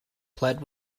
plead